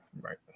Right